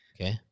okay